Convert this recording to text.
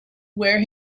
where